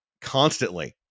constantly